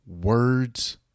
words